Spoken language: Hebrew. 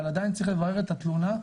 אבל עדיין צריך לברר את התלונה,